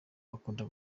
bakunda